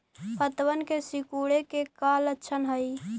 पत्तबन के सिकुड़े के का लक्षण हई?